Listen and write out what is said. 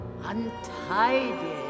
untidy